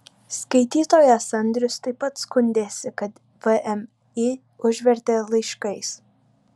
skaitytojas andrius taip pat skundėsi kad vmi užvertė laiškais